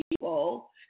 people